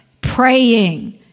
praying